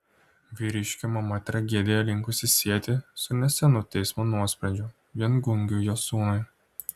vyriškio mama tragediją linkusi sieti su nesenu teismo nuosprendžiu viengungiui jos sūnui